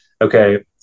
okay